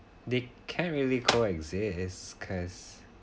they can really coexist cause